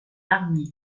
larmier